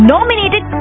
Nominated